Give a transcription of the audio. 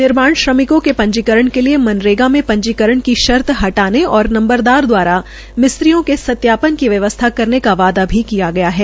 निर्माण श्रमिकों के पंजीकरण के लिए मनरेगा में पंजीकरण की शर्त हटाने और नम्बरदार दवारा मिस्त्रियों के सत्यापन की व्यवस्था करने का वायदा किया गया है